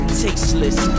tasteless